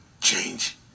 change